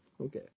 Okay